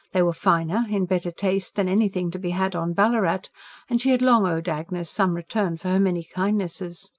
they were finer, in better taste, than anything to be had on ballarat and she had long owed agnes some return for her many kindnesses.